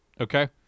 Okay